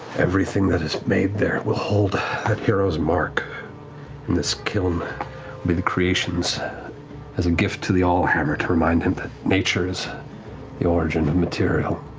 everything that is made there will hold that hero's mark and this kiln will be the creations as a gift to the ah allhammer to remind him that nature is the origin of material.